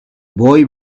boy